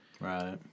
Right